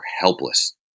helpless